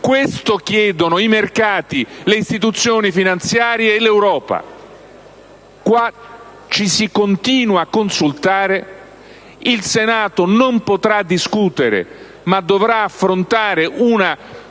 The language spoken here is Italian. Questo chiedono i mercati, le istituzioni finanziarie e l'Europa! Qui ci si continua a consultare. Il Senato non potrà discutere, ma dovrà affrontare una